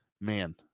Man